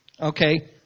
Okay